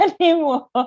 anymore